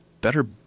better